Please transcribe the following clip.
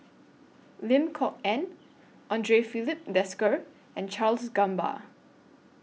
Lim Kok Ann Andre Filipe Desker and Charles Gamba